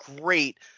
great